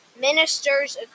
ministers